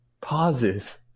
pauses